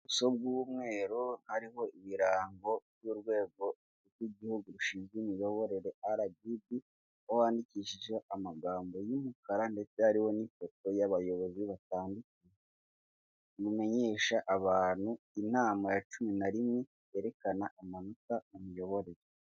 Inzu y'umweru hariho ibirango by'urwego rw'igihugu rushinzwe imiyoborere RGB, aho wandikishije amagambo y'umukara ndetse ariho n'ifoto y'abayobozi batandukanye, bumenyesha abantu inama ya cumi na rimwe yerekana amanota mu miyoborere.